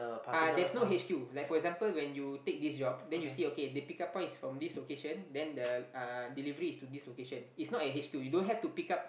uh there's no h_q like for example when you take this job then you see okay the pick up point is from this location then the uh delivery is to this location it's not at h_q you don't have to pick up